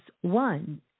one